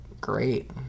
great